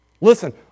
Listen